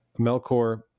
Melkor